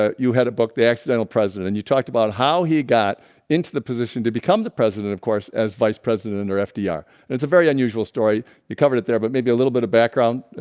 ah you had a book the accidental president and you talked about how he got into the position to become the president of course as vice president or fdr. it's a very unusual story. you covered it there, but maybe a little bit of background ah,